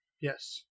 Yes